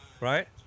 Right